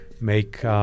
make